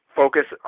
focus